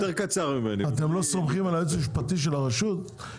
אתם לא סומכים על היועץ המשפטי של הרשות?